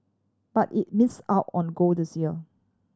but it miss out on gold this year